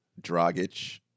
Dragic